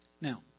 Now